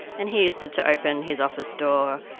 and he used it to open his office door,